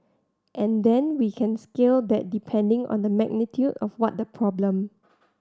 and then we can scale that depending on the magnitude of what the problem